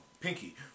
Pinky